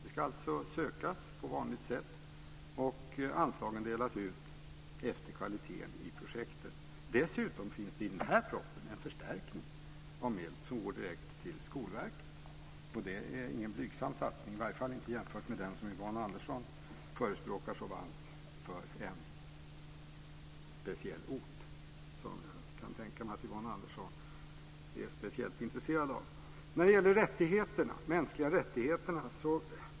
Anslag ska sökas på vanligt sätt, och sedan ska anslagen delas ut efter kvaliteten i projekten. Dessutom finns det i den här propositionen ett förslag om en förstärkning som går direkt till Skolverket. Det är ingen blygsam satsning - i varje fall inte jämfört med den som Yvonne Andersson förespråkar så varmt för en speciell ort som jag kan tänka mig att Yvonne Andersson är speciellt intresserad av. Sedan var det de mänskliga rättigheterna.